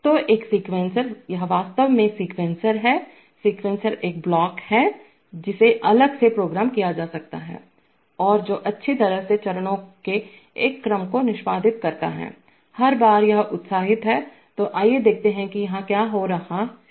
तो एक सीक्वेंसर यह वास्तव में सीक्वेंसर है सीक्वेंसर एक ब्लॉक है जिसे अलग से प्रोग्राम किया जा सकता है और जो अच्छी तरह से चरणों के एक क्रम को निष्पादित करता है हर बार यह उत्साहित है तो आइए देखते हैं कि यहां क्या हो रहा है